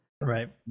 Right